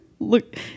Look